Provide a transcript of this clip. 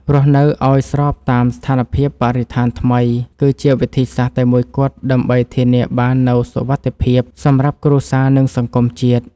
រស់នៅឱ្យស្របតាមស្ថានភាពបរិស្ថានថ្មីគឺជាវិធីសាស្ត្រតែមួយគត់ដើម្បីធានាបាននូវសុវត្ថិភាពសម្រាប់គ្រួសារនិងសង្គមជាតិ។